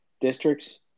districts